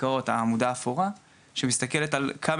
העסקאות בעמודה האפורה שמסתכלת על כמה